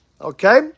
Okay